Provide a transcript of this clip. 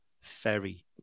Ferry